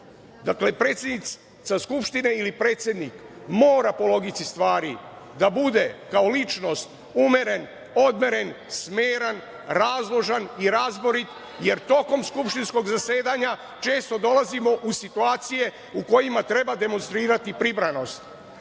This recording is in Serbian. predsednica Skupštine ili predsednik mora po logici stvari da bude kao ličnost umeren, odmeren, smeran, razložan i razborit, jer tokom skupštinskog zasedanja često dolazimo u situacije u kojima treba demonstrirati pribranost.